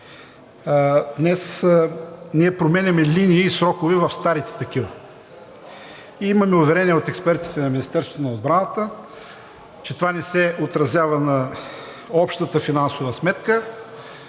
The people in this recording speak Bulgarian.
Днес ние променяме линии и срокове в старите такива. Имаме уверение от експертите на Министерството на отбраната, че това не се отразява на общата финансова сметка,